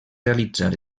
realitzar